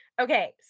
okay